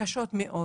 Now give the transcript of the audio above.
קשות מאוד.